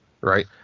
right